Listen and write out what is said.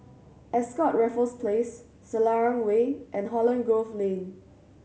Ascott Raffles Place Selarang Way and Holland Grove Lane